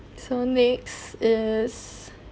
so next is